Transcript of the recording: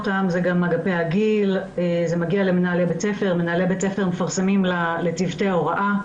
מנהלי בתי הספר מפרסמים את ההנחיות לצוותי ההוראה.